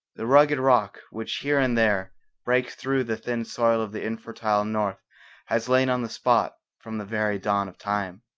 the rugged rock which here and there breaks through the thin soil of the infertile north has lain on the spot from the very dawn of time.